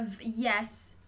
Yes